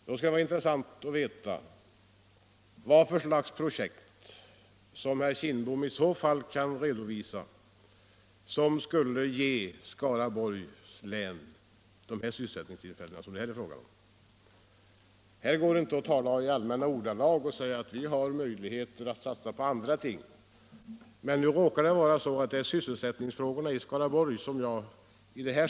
Det skulle vara intressant att få veta vilket projekt herr Kindbom kan redovisa som skulle ge Skaraborgs län de sysselsättningstillfällen som det här är fråga om. Det går inte att tala i allmänna ordalag och säga att man har möjligheter att satsa på andra ting. Här gäller det sysselsättningen i Skaraborgs län.